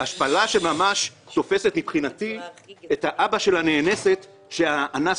השפלה של ממש תופסת מבחינתי את אבי הנאנסת שהאנס